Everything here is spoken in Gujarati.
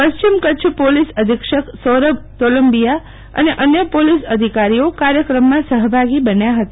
પશ્ચિમ કચ્છ પોલીસ અધિક્ષક સૌરભ તોલંબીયા અને અન્ય પોલીસ અધિકારીઓ કાર્યક્રમમાં સહભાગી બન્યા હતા